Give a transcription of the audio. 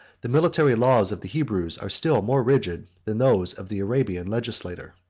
the military laws of the hebrews are still more rigid than those of the arabian legislator.